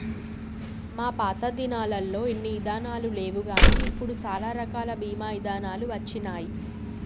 మా పాతదినాలల్లో ఇన్ని ఇదానాలు లేవుగాని ఇప్పుడు సాలా రకాల బీమా ఇదానాలు వచ్చినాయి